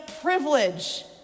privilege